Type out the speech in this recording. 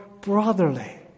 brotherly